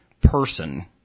person